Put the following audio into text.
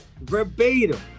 Verbatim